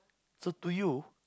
so to you